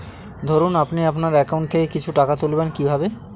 ধরুন আপনি আপনার একাউন্ট থেকে কিছু টাকা তুলবেন কিভাবে?